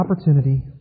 opportunity